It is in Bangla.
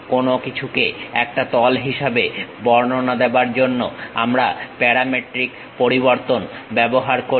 কোনো কিছুকে একটা তল হিসাবে বর্ণনা দেবার জন্য আমরা প্যারামেট্রিক পরিবর্তন ব্যবহার করি